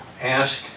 ask